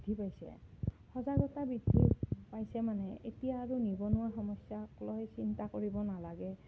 বৃদ্ধি পাইছে সজাগতা বৃদ্ধি পাইছে মানে এতিয়া আৰু নিবনুৱা সমস্যাক লৈ চিন্তা কৰিব নালাগে